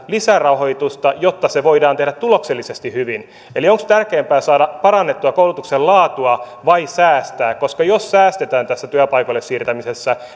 lisärahoitusta jotta se voidaan tehdä tuloksellisesti hyvin eli onko tärkeämpää saada parannettua koulutuksen laatua vai säästää jos säästetään tässä työpaikoille siirtämisessä